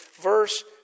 verse